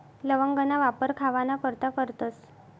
लवंगना वापर खावाना करता करतस